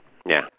ya